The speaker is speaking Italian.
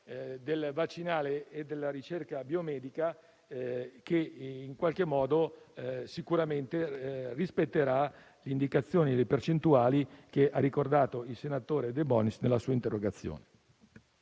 polo vaccinale e della ricerca biomedica che sicuramente rispetterà le indicazioni e le percentuali che ha ricordato il senatore De Bonis nella sua interrogazione.